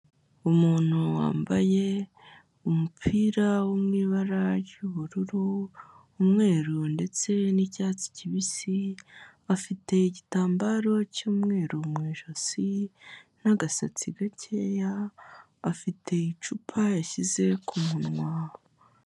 Umuntu wambaye umupira wo mu ibara ry'ubururu, umweru ndetse n'icyatsi kibisi, afite igitambaro cy'umweru mu ijosi n'agasatsi gakeya, afite icupa yashyize ku munwa.